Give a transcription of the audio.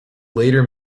later